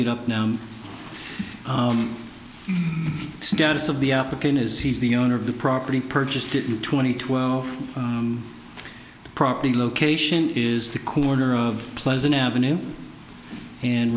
get up now the status of the application is he's the owner of the property purchased in twenty twelve property location is the corner of pleasant avenue and